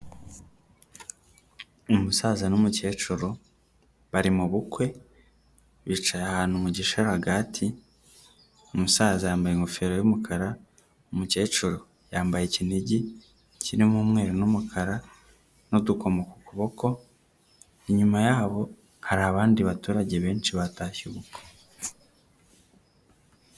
Ni umusaza n'umukecuru bari mu bukwe bicaye ahantu mu gisharagati, umusaza yambaye ingofero y'umukara, umukecuru yambaye ikinigi kirimo umweru n'umukara n'udukomo ku kuboko, inyuma yabo hari abandi baturage benshi batashye ubukwe.